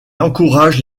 encourage